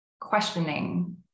questioning